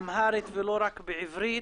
אמהרית, ולא רק בעברית.